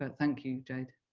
ah thank you, jade.